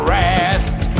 rest